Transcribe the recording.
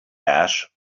ash